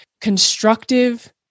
constructive